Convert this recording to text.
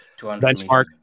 benchmark